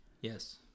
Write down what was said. Yes